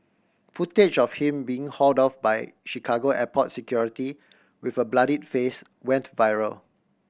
footage of him being hauled off by Chicago airport security with a bloodied face went viral